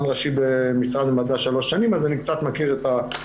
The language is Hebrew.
אז זו התכנית,